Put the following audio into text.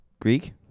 Greek